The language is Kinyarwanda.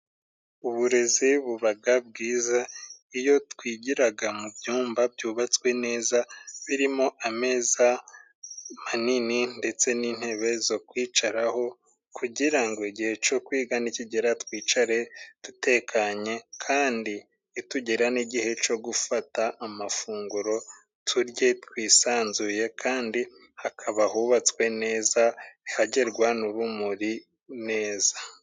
Uburezi bubaga bwiza iyo twigiraga mu byumba byubatswe neza birimo ameza manini ndetse n'intebe zo kwicaraho kugirango ngo igihe cyo kwiga nikigera twicare dutekanye, kandi nitugera n'igihe cyo gufata amafunguro turye twisanzuye kandi hakaba hubatswe neza hagerwa n'urumuri neza.